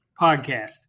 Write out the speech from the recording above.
podcast